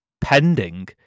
pending